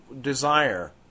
Desire